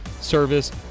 service